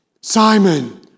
Simon